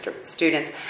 students